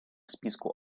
списку